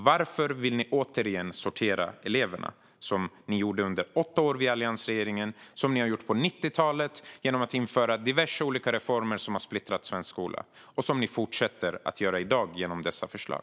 Varför vill ni återigen sortera eleverna, som ni gjorde under åtta år med alliansregering, som ni gjorde under 90-talet genom att införa diverse olika reformer som har splittrat svensk skola och som ni fortsätter att göra i dag genom dessa förslag?